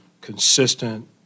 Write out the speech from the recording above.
consistent